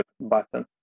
button